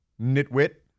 Nitwit